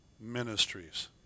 ministries